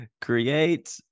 Create